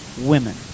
women